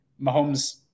Mahomes